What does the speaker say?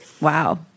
Wow